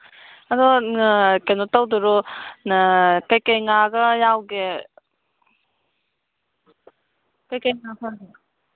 ꯑꯗꯣ ꯀꯩꯅꯣ ꯇꯧꯗꯣꯏꯔꯣ ꯀꯔꯤ ꯀꯔꯤ ꯉꯥꯒ ꯌꯥꯎꯒꯦ ꯀꯔꯤ ꯀꯔꯤ ꯉꯥ ꯐꯥꯒꯦ